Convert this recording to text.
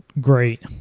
great